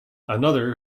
another